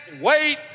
wait